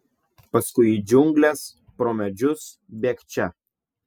paskui į džiungles pro medžius bėgčia